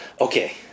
okay